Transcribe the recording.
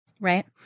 right